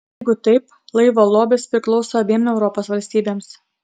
jeigu taip laivo lobis priklauso abiem europos valstybėms